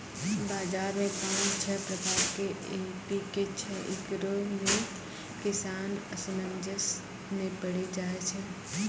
बाजार मे पाँच छह प्रकार के एम.पी.के छैय, इकरो मे किसान असमंजस मे पड़ी जाय छैय?